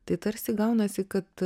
tai tarsi gaunasi kad